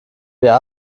wir